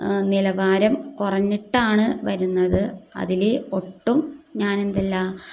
നിലവാരം കുറഞ്ഞിട്ടാണ് വരുന്നത് അതിൽ ഒട്ടും ഞാനെന്തല്ല